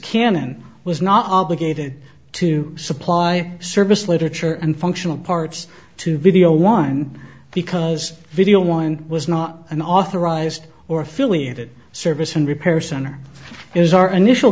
canon was not obligated to supply service literature and functional parts to video one because video one was not an authorized or affiliated service and repair center is our initial